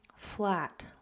Flat